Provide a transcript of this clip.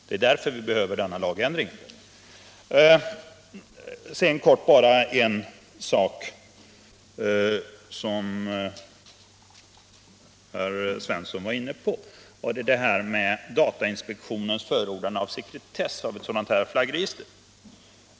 Sedan bara helt kort om en sak som herr Svensson berörde, nämligen datainspektionens förordande av sekretessbeläggning av ett flaggregister.